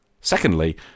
Secondly